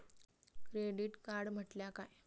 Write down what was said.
Credit card म्हटल्या काय?